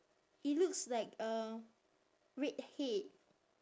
it looks like a redhead